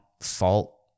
fault